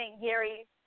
Gary